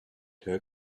her